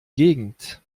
gegend